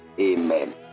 Amen